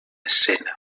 escena